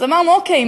אז אמרנו: אוקיי,